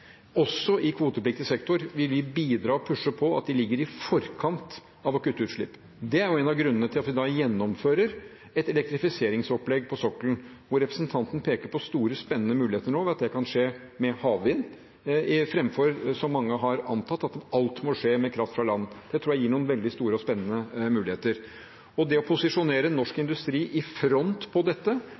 også i kvotepliktig sektor. Vi vil bidra og pushe på at de ligger i forkant av å kutte utslipp. Det er en av grunnene til at vi gjennomfører et elektrifiseringsopplegg på sokkelen, hvor representanten peker på store, spennende muligheter nå ved at det kan skje med havvind framfor, som mange har antatt, at alt må skje med kraft fra land. Det tror jeg gir noen veldig store og spennende muligheter. Det å posisjonere norsk industri i front på dette,